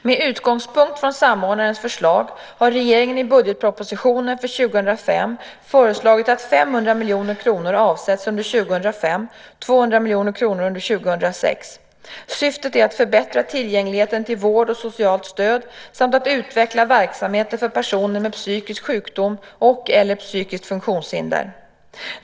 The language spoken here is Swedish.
Med utgångspunkt från samordnarens förslag har regeringen i budgetpropositionen för 2005 föreslagit att 500 miljoner kronor avsätts under 2005 och 200 miljoner kronor under 2006. Syftet är att förbättra tillgängligheten till vård och socialt stöd samt att utveckla verksamheter för personer med psykisk sjukdom eller psykiskt funktionshinder.